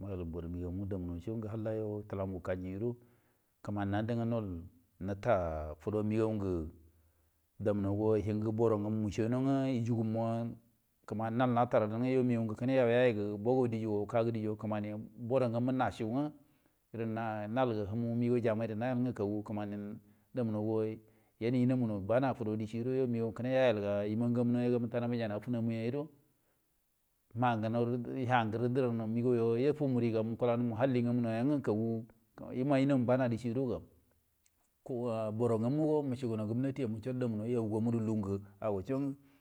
gede bor megonge damuco gudo ngo tilaman wukanju gudo nange nol ta fudo magon nga ha dan nga bar onnagon mu yugumo cenu gwa en kimani nate, nal yo diyya yel yeyege boru diygo kimani boronwo najugenge nan nayel humo mego jamai yen yamomude bana fodo yo yo megeke ne yalga nga mujai no funo mu yero han ngeno han ruda diran yo mego ri gam fudo muchalli yede daji yeman genani banade boro ngo kegeno gwanti mon wute damuno wule.